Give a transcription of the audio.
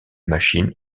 machines